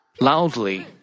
loudly